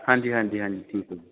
ਹਾਂਜੀ ਹਾਂਜੀ ਹਾਂਜੀ ਠੀਕ ਹੈ ਜੀ